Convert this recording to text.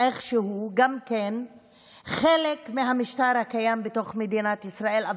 איכשהו גם לחלק מהמשטר הקיים בתוך מדינת ישראל,